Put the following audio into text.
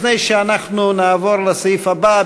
לפני שאנחנו נעבור לסעיף הבא,